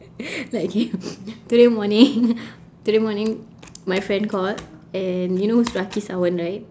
like okay today morning today morning my friend called and you know who is rakhi-sawant right